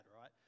right